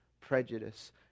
prejudice